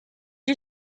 you